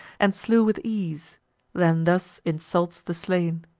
and slew with ease then thus insults the slain